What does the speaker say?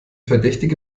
verdächtige